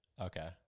Okay